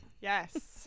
Yes